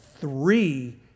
three